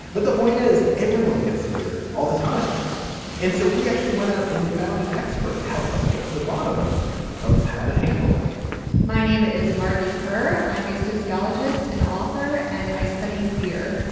but the point is everyone gets scared all the time and so we actually went out and we found an expert to help us get to the bottom of how to handle that my name is margie ker. i'm a sociologist and author and i study fear.